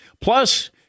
Plus